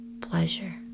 pleasure